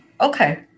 Okay